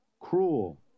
Cruel